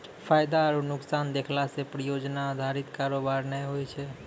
फायदा आरु नुकसान देखला से परियोजना अधारित कारोबार नै होय छै